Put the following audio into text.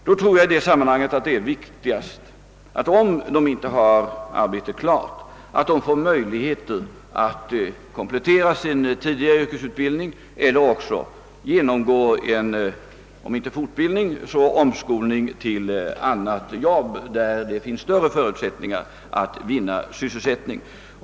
Det tycks mig viktigast att de, om de inte har arbete ordnat, får möjligheter att komplettera sin tidigare yrkesutbildning eller genomgå omskolning till annat arbete, som ger större förutsättningar att vinna sysselsättning.